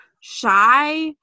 shy